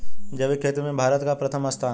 जैविक खेती में भारत का प्रथम स्थान है